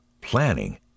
Planning